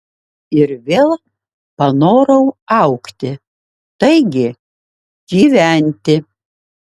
ir vėl panorau augti taigi gyventi